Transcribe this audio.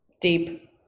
deep